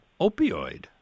opioid